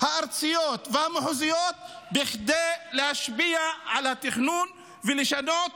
הארציות והמחוזיות בכדי להשפיע על התכנון ולשנות